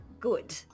Good